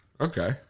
Okay